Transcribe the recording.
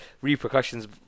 repercussions